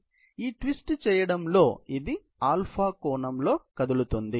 కాబట్టి ఈ ట్విస్ట్ చేయడంలో ఇది α కోణములో కదులుతుంది